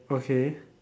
okay